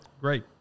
great